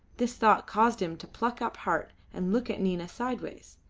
this thought caused him to pluck up heart and look at nina sideways.